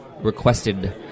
requested